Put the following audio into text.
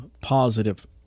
positive